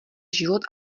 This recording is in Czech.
život